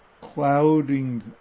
clouding